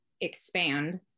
expand